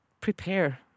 prepare